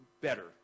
better